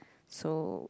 so